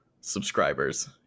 subscribers